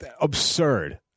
absurd